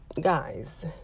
guys